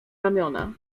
ramiona